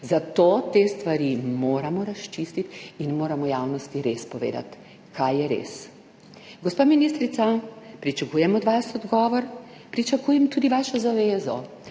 zato te stvari moramo razčistiti in moramo javnosti res povedati kaj je res. Gospa ministrica, pričakujem od vas odgovor, pričakujem tudi vašo zavezo,